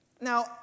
Now